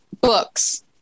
books